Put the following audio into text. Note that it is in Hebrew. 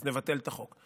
אז נבטל את החוק.